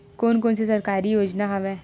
कोन कोन से सरकारी योजना हवय?